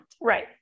Right